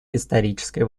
исторической